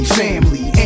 family